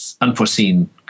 unforeseen